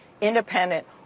Independent